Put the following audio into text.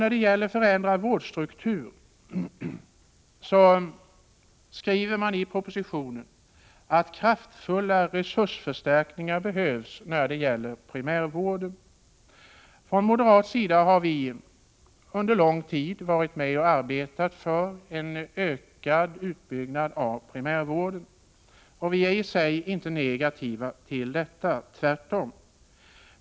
När det gäller en förändrad vårdstruktur skriver man i propositionen att kraftfulla resursförstärkningar behövs när det gäller primärvården. Från moderat sida har vi under lång tid arbetat för en ökad utbyggnad av primärvården och vi är i sig inte negativa till detta, tvärtom.